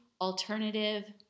alternative